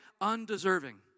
undeserving